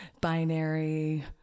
binary